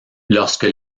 lorsque